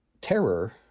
terror